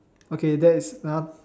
okay that's enough